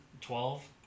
twelve